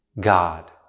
God